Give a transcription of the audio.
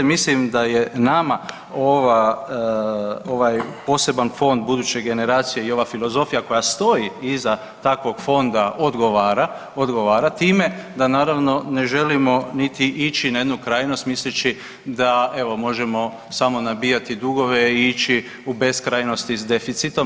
Mislim da je nama ovaj poseban Fond buduće generacije i ova filozofija koja stoji iza takvog fonda odgovara time da naravno ne želimo niti ići na jednu krajnost misleći da evo možemo samo nabijati dugove i ići u beskrajnost i s deficitom.